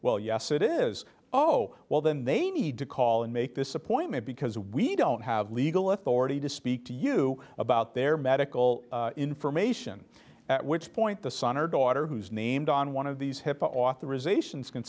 well yes it is oh well then they need to call and make this appointment because we don't have legal authority to speak to you about their medical information at which point the son or daughter who's named on one of these hipaa authorisation